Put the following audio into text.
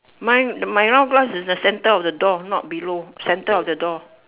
mine my round glass is the center of the door not below center of the door